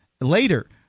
later